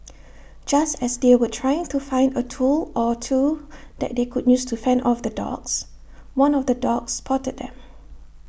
just as they were trying to find A tool or two that they could use to fend off the dogs one of the dogs spotted them